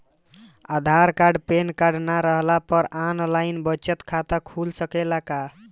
आधार card pan card न रहला पर आन लाइन बचत खाता खुल सकेला का?